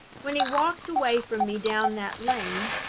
when he walked away from me down that lane,